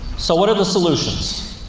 so, what are the solutions?